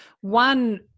One